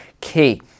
key